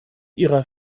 ihrer